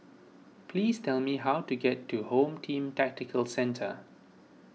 please tell me how to get to Home Team Tactical Centre